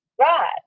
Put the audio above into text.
Right